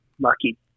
lucky